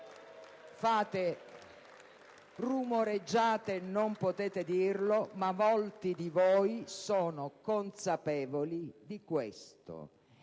PD*). Rumoreggiate, non potete dirlo, ma molti di voi sono consapevoli di questo;